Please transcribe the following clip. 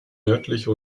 nördliche